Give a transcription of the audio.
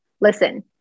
listen